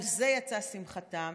על זה יצאה שמחתם,